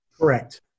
Correct